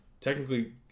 technically